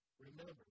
remember